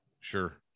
Sure